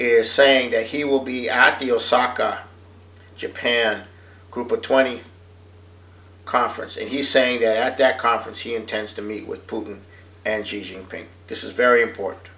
is saying that he will be at the osaka japan group of twenty conference and he's saying to at that conference he intends to meet with putin and this is very important